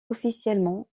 officiellement